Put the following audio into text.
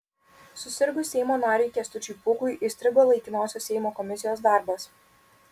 susirgus seimo nariui kęstučiui pūkui įstrigo laikinosios seimo komisijos darbas